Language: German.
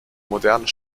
modernen